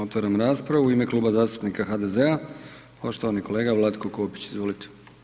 Otvaram raspravu, u ime Kluba zastupnika HDZ-a poštovani kolega Vlatko Kopić, izvolite.